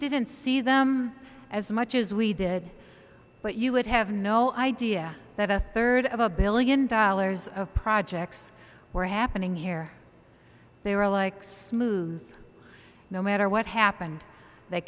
didn't see them as much as we did but you would have no idea that a third of a billion dollars of projects were happening here they were like smooth no matter what happened they